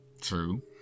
True